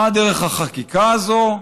מה דרך החקיקה הזאת?